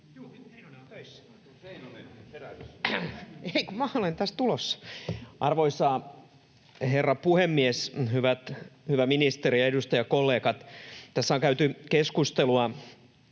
Arvoisa herra puhemies! Hyvä ministeri ja edustajakollegat! Tässä on käyty keskustelua